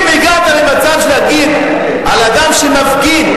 אם הגעת למצב שתגיד על אדם שמפגין,